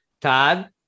Todd